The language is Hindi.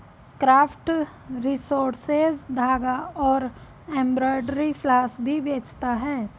क्राफ्ट रिसोर्सेज धागा और एम्ब्रॉयडरी फ्लॉस भी बेचता है